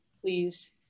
please